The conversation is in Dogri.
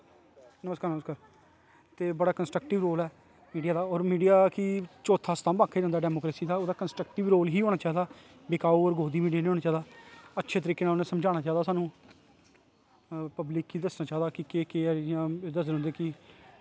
ते बड़ा कंस्ट्रक्टिव रोल ऐ मिडिया गी और मिडिया गी चौथा सतंभ आक्खेआ जंदा मिडिया दा कंस्ट्रकटिव रोल ही होनां चाही दा बिकाउ और गोदी मीडिया नी होनां चाही दा अच्छे तरीके नै उनैं समझानां चाही दा स्हानू पव्लिक गी दस्सनां चाही दा कि केह् केह् ऐ एह्दा जुल्म ते